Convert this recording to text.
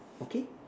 okay